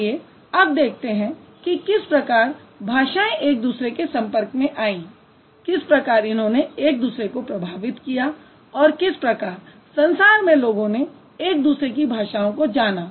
आइए अब देखते हैं कि किस प्रकार भाषाएँ एक दूसरे के संपर्क में आयीं किस प्रकार इन्होंने एक दूसरे को प्रभावित किया और किस प्रकार संसार में लोगों ने एक दूसरे की भाषाओं को जाना